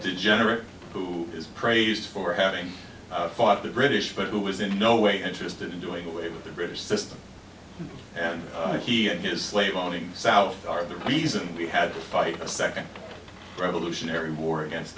degenerate who is praised for having fought the british but who was in no way interested in doing away with the british system and that he and his slave owning south are the reason we had to fight a second revolutionary war against